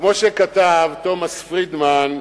כמו שכתב תומס פרידמן,